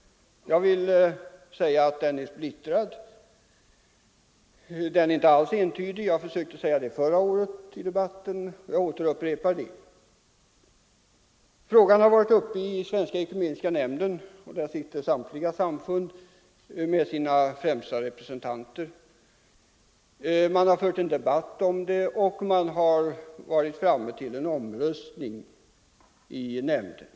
Jag vill hävda att den är splittrad. Den är inte alls entydig — det försökte jag säga i debatten förra året, och jag upprepar det. Frågan har sedan dess varit uppe i Svenska ekumeniska nämnden, där de främsta representanterna för samtliga samfund sitter med. Man har där fört en debatt i denna sak och frågan har också varit uppe till omröstning i nämnden.